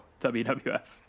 WWF